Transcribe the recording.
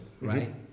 right